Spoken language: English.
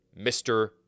Mr